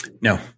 No